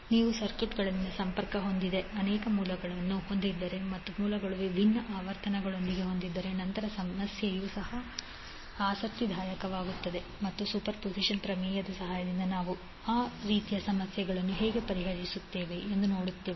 ನೀವು ಸರ್ಕ್ಯೂಟ್ನಲ್ಲಿ ಸಂಪರ್ಕ ಹೊಂದಿದ ಅನೇಕ ಮೂಲಗಳನ್ನು ಹೊಂದಿದ್ದರೆ ಮತ್ತು ಮೂಲಗಳು ವಿಭಿನ್ನ ಆವರ್ತನಗಳನ್ನು ಹೊಂದಿದ್ದರೆ ನಂತರ ಸಮಸ್ಯೆಯು ಸಹ ಆಸಕ್ತಿದಾಯಕವಾಗುತ್ತದೆ ಮತ್ತು ಸೂಪರ್ಪೋಸಿಷನ್ ಪ್ರಮೇಯದ ಸಹಾಯದಿಂದ ನಾವು ಆ ರೀತಿಯ ಸಮಸ್ಯೆಗಳನ್ನು ಹೇಗೆ ಪರಿಹರಿಸುತ್ತೇವೆ ಎಂದು ನೋಡುತ್ತೇವೆ